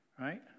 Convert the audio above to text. right